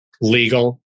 legal